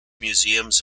museums